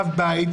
אב בית,